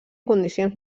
condicions